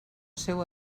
seu